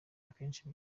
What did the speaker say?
akenshi